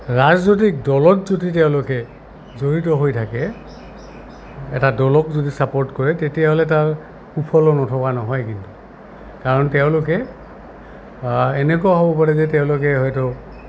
ৰাজনৈতিক দলত যদি তেওঁলোকে জড়িত হৈ থাকে এটা দলক যদি ছাপৰ্ট কৰে তেতিয়াহ'লে তাৰ সুফল নথকা নহয় কিন্তু কাৰণ তেওঁলোকে এনেকুৱা হ'ব পাৰে যে তেওঁলোকে হয়তো